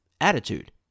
attitude